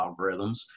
algorithms